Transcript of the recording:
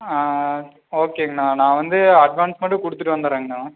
ஆ ஓகேங்கண்ணா நான் வந்து அட்வான்ஸ் மட்டும் கொடுத்துட்டு வந்துடுறங்கண்ணா